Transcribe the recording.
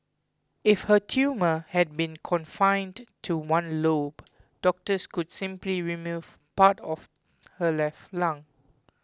if her tumour had been confined to one lobe doctors could simply remove part of her left lung